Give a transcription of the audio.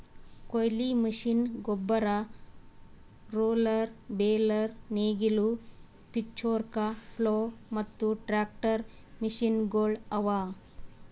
ಕೊಯ್ಲಿ ಮಷೀನ್, ಗೊಬ್ಬರ, roller, baler, ನೇಗಿಲು, ಪಿಚ್ಫೋರ್ಕ್, ಪ್ಲೊ ಮತ್ತ ಟ್ರಾಕ್ಟರ್ ಮಷೀನಗೊಳ್ ಅವಾ